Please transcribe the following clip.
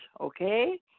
okay